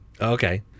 Okay